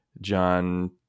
john